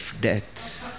death